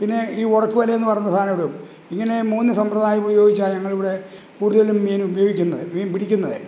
പിന്നെ ഈ ഉടക്ക് വലയെന്നു പറഞ്ഞ സാധനം ഇടും ഇങ്ങനെ മൂന്ന് സമ്പ്രദായം ഉപയോഗിച്ചാൽ ഞങ്ങൾ ഇവിടെ കൂടുതലും മീൻ ഉപയോഗിക്കുന്നത് മീന് പിടിക്കുന്നത്